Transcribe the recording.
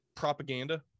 propaganda